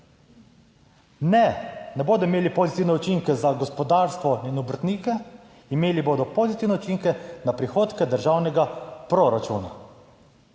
Ne, ne bodo imeli pozitivne učinke za gospodarstvo in obrtnike. Imeli bodo pozitivne učinke na prihodke državnega proračuna.